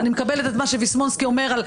אני מקבלת את מה שויסמונסקי אומר על